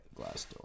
Glassdoor